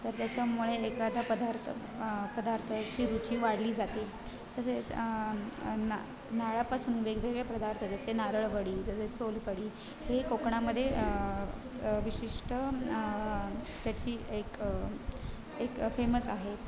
तर त्याच्यामुळे एखादा पदार्थ पदार्थाची रुची वाढली जाते तसेच ना नारळापासून वेगवेगळे पदार्थ जसे नारळवडी जसे सोलकढी हे कोकणामध्ये विशिष्ट त्याची एक एक फेमस आहे